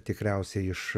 tikriausiai iš